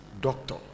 doctor